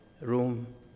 room